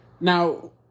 Now